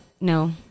no